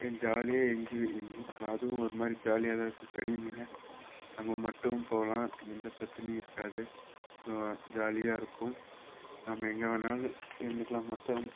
ஜாலியாக எங்கேயுமே எங்கேயும் அதுவும் ஒரு மாதிரி ஜாலியாக தான் இருக்கும் தனிமையாக நம்ம மட்டும் போகலாம் எந்தப் பிரச்சினையும் இருக்காது ஜாலியாக இருக்கும் நம்ம எங்கே வேணாலும் இருந்துக்கலாம் மற்றவங்க